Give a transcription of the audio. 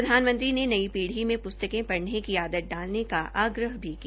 प्रधानमंत्री ने नई पीढ़ी मे पुस्तके पढ़ने की आदत डालने का आग्रह भी किया